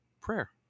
prayer